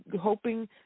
hoping